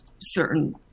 certain